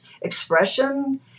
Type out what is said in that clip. expression